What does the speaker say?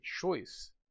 choice